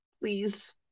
Please